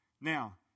Now